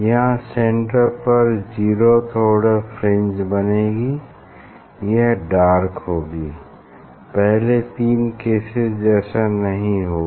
यहाँ सेंटर पर zeroth order fringe बनेगी यह डार्क होगी पहले तीन केसेस जैसा नहीं होगा